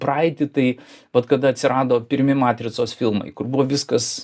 praeitį tai vat kada atsirado pirmi matricos filmai kur buvo viskas